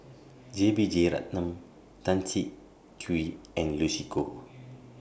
J B Jeyaretnam Tan Siah Kwee and Lucy Koh